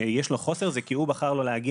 כשיש לו חוסר, זה כי הוא בחר לא להגיע.